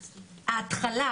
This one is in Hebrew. ההתחלה,